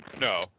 No